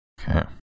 Okay